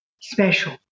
special